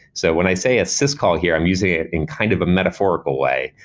so when i say a syscall here, i'm using it in kind of a metaphorical way.